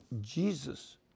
Jesus